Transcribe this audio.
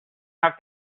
have